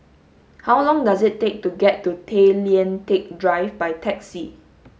how long does it take to get to Tay Lian Teck Drive by taxi